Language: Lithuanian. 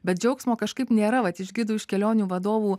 bet džiaugsmo kažkaip nėra vat iš gidų iš kelionių vadovų